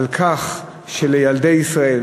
על כך שלילדי ישראל,